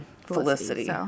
Felicity